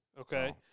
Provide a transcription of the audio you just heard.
Okay